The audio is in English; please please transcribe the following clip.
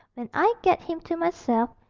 when i get him to myself,